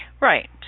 Right